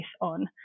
on